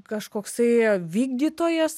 kažkoksai vykdytojas